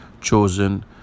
chosen